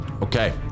Okay